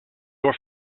your